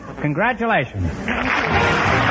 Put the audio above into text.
Congratulations